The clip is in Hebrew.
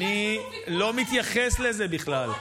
אבל אני לא מתייחס לזה בכלל.